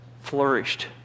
flourished